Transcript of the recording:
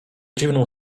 dziwną